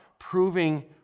proving